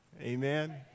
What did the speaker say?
Amen